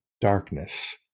darkness